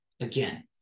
again